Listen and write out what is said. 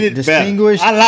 distinguished